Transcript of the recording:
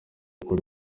kuri